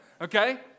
Okay